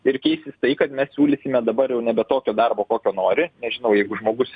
ir keisis tai kad mes siūlysime dabar jau nebe tokio darbo kokio nori nežinau jeigu žmogus